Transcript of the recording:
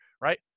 right